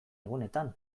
egunetan